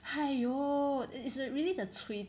!haiyo! it's really the cui